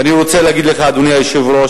ואני רוצה להגיד לך, אדוני היושב-ראש,